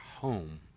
home